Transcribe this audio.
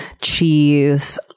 cheese